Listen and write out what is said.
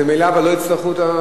ממילא אבל לא יצטרכו את,